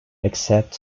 except